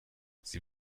sie